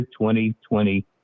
2020